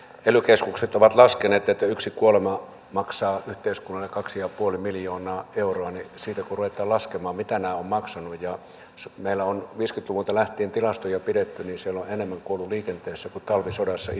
ely keskukset ovat laskeneet että yksi kuolema maksaa yhteiskunnalle kaksi pilkku viisi miljoonaa euroa niin siitä kun ruvetaan laskemaan mitä nämä ovat maksaneet ja meillä on viisikymmentä luvulta lähtien tilastoja pidetty niin enemmän ihmisiä on kuollut liikenteessä kuin talvisodassa